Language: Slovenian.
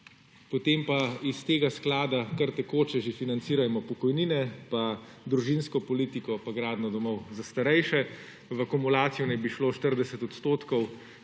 potem pa iz tega sklada kar tekoče že financirajmo pokojnine, pa družinsko politiko, pa gradnjo domov za starejše. V akumulacijo naj bi šlo 40 % dobičkov